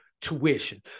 tuition